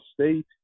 State